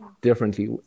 differently